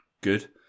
good